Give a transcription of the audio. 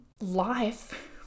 life